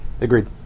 Agreed